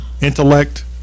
intellect